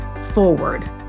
forward